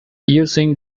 using